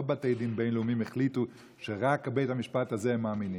לא בתי דין בין-לאומיים החליטו שרק לבית המשפט הזה הם מאמינים.